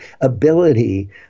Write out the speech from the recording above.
ability